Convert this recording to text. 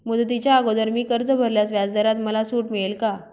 मुदतीच्या अगोदर मी कर्ज भरल्यास व्याजदरात मला सूट मिळेल का?